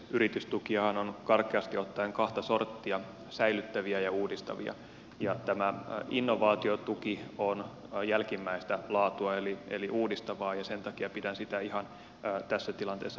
yritystukiahan on karkeasti ottaen kahta sorttia säilyttäviä ja uudistavia ja tämä innovaatiotuki on jälkimmäistä laatua eli uudistavaa ja sen takia pidän sitä ihan tässä tilanteessa perusteltuna